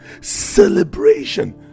celebration